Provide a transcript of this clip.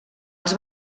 els